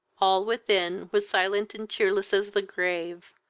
all within was silent and cheerless as the grave,